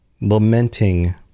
Lamenting